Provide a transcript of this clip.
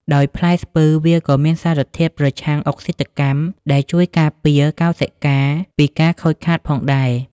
ដោយផ្លែស្ពឺ វាក៏មានសារធាតុប្រឆាំងអុកស៊ីតកម្ម ដែលជួយការពារកោសិកាពីការខូចខាតផងដែរ។